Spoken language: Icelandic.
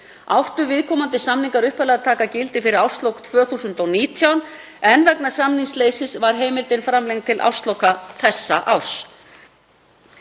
Áttu viðkomandi samningar upphaflega að taka gildi fyrir árslok 2019 en vegna samningsleysis var heimildin framlengd til ársloka þessa árs.